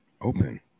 Open